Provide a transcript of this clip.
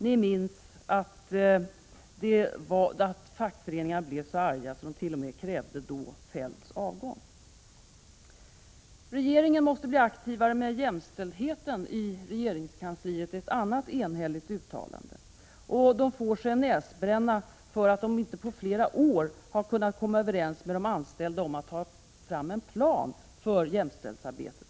Vi minns att de var så arga att de krävde Feldts avgång. Regeringen måste bli aktivare när det gäller jämställdheten i regeringskansliet. Det är ett annat enhälligt uttalande från konstitutionsutskottet. Regeringskansliet får sig en näsbränna för att man inte på flera år kunnat komma överens med de anställda om att ta fram en plan för jämställdhetsarbetet.